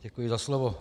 Děkuji za slovo.